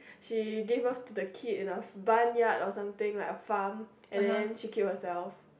she give birth to the kid in barnyard or something like a farm and then she killed herself